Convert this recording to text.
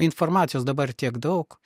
informacijos dabar tiek daug